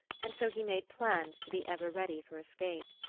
and so he made plans to be ever ready for escape.